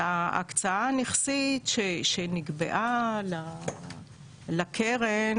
ההקצאה הנכסית שנקבעה לקרן,